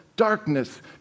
darkness